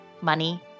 Money